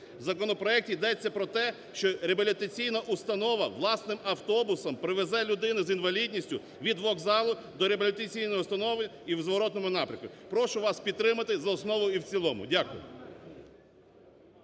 В законопроекті йдеться про те, що реабілітаційна установа власним автобусом привезе людину з інвалідністю від вокзалу до реабілітаційної установи і в зворотному напрямку. Прошу вас підтримати за основу і в цілому. Дякую.